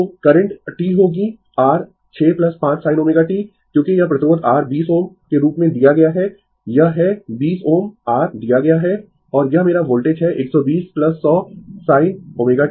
तो current t होगी r 6 5 sin ω t क्योंकि यह प्रतिरोध R 20Ω के रूप में दिया गया है यह है 20 Ω R दिया गया है और यह मेरा वोल्टेज है 120 100 sin ω t